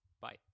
bye